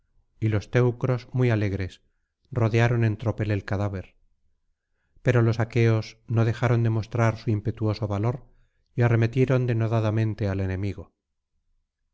y los teucros muy alegres rodearon en tropel el cadáver pero los aqueos no dejaron de mostrar su impetuoso valor y arremetieron denodadamente al enemigo